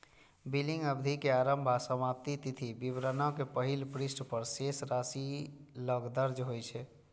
billing अवधि के आरंभ आ समाप्ति तिथि विवरणक पहिल पृष्ठ पर शेष राशि लग दर्ज होइ छै